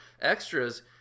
Extras